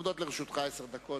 לרשותך עשר דקות.